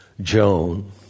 Joan